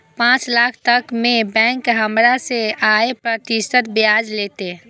पाँच लाख तक में बैंक हमरा से काय प्रतिशत ब्याज लेते?